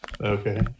Okay